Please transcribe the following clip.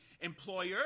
employer